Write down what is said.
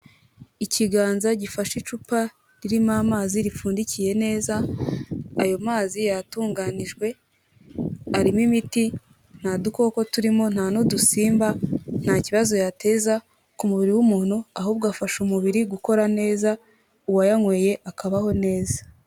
Ikiganza gifashe icupa ririmo amazi ripfundikiye neza, ayo mazi yatunganijwe, arimo imiti, nta dukoko, turimo nta n'udusimba, nta kibazo yateza ku mubiri w'umuntu, ahubwo afasha umubiri gukora neza uwayanyweye akabaho neza.